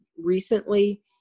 recently